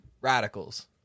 radicals